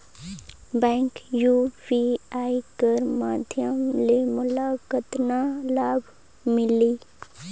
Bank UPI कर माध्यम ले मोला कतना लाभ मिली?